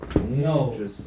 No